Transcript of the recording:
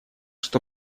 что